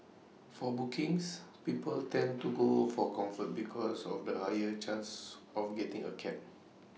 for bookings people tend to go for comfort because of the higher chance of getting A cab